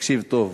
תקשיב טוב.